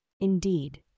Indeed